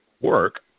work